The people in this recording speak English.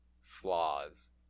flaws